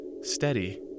Steady